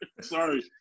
Sorry